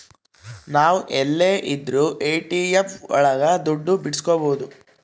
ನಾವ್ ಎಲ್ಲೆ ಇದ್ರೂ ಎ.ಟಿ.ಎಂ ಒಳಗ ದುಡ್ಡು ಬಿಡ್ಸ್ಕೊಬೋದು